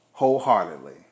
wholeheartedly